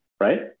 right